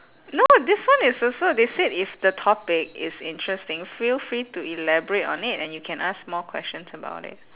no this one is also they said if the topic is interesting feel free to elaborate on it and you can ask more questions about it